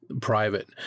private